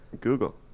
Google